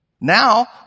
Now